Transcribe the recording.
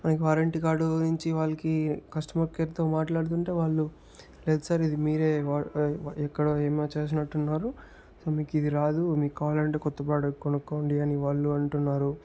మనకి warrant card గురించి వాళ్ళకి కస్టమర్ కేర్తో మాట్లాడుతుంటే వాళ్ళు లేదు సార్ ఇది మీరే వా ఎక్కడో ఏమో చేసినట్టున్నారు సో మీకిది రాదు మీక్కావాలంటే కొత్త ప్రాడక్ట్ కొనుక్కోండి అని వాళ్ళు అంటున్నారు